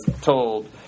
told